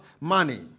money